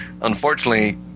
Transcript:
unfortunately